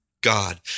god